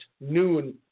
noon